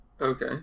Okay